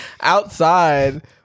Outside